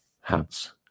hats